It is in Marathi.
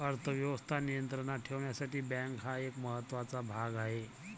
अर्थ व्यवस्था नियंत्रणात ठेवण्यासाठी बँका हा एक महत्त्वाचा भाग आहे